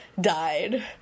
Died